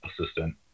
assistant